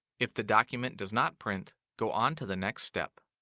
if the document does not print, go on to the next step.